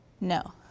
No